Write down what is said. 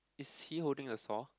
is he holding a saw